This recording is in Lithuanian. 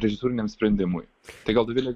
režisūriniam sprendimui tai gal dovilė